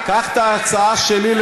קח את ההצעה שלי.